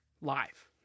live